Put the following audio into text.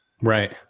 Right